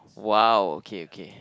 !wow! okay okay